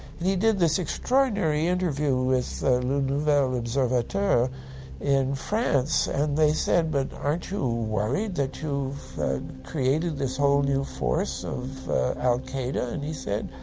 and he did this extraordinary interview with le nouvel observateur in france, and they said, but aren't you worried that you've created this whole new force of al qaeda? and he said,